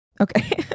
okay